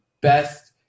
best